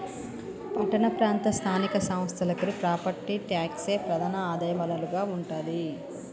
పట్టణ ప్రాంత స్థానిక సంస్థలకి ప్రాపర్టీ ట్యాక్సే ప్రధాన ఆదాయ వనరుగా ఉంటాది